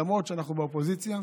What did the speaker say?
למרות שאנחנו באופוזיציה.